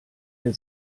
der